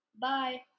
Bye